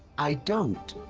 i don't!